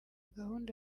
gahunda